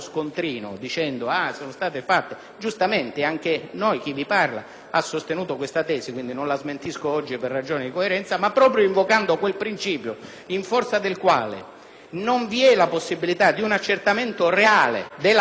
sostenuto questa posizione e non la smentisco oggi per ragioni di coerenza. Ma, proprio invocando quel principio in forza del quale non vi è la possibilità di un accertamento reale della condizione per la quale scatta la sanzione penale,